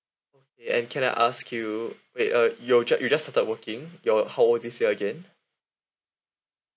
okay and can I ask you wait uh you're just you're just started working your how old this year again